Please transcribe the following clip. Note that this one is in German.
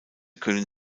können